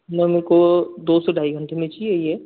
ma'am मेरे को दो से ढाई घंटे में चाहिए यह